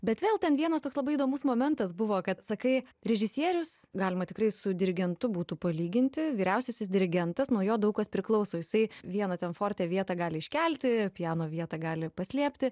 bet vėl ten vienas toks labai įdomus momentas buvo kad sakai režisierius galima tikrai su dirigentu būtų palyginti vyriausiasis dirigentas nuo jo daug kas priklauso jisai vieną ten forte vietą gali iškelti piano vietą gali paslėpti